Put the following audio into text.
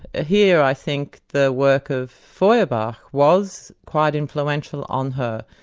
ah here i think the work of feuerbach was quite influential on her.